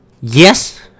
yes